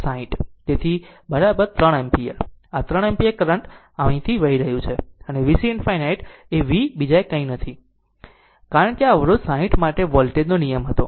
તેથી 3 એમ્પીયર પછી આ 3 એમ્પીયર કરંટ આમાંથી વહી રહ્યું છે અને VC ∞ એ V સિવાય બીજું કંઈ નથી કારણ કે આ અવરોધ 60 માટે વોલ્ટેજ નિયમ હતો